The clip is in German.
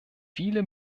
viele